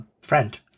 friend